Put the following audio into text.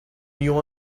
you